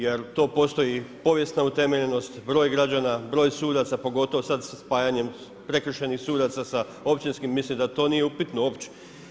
Jer to postoji povijesna utemeljenost, broj građana, broj sudaca, pogotovo sada sa spajanjem prekršajnih sudaca sa općinskim, mislim da to nije upitno uopće.